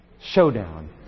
showdown